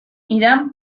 irán